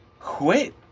quit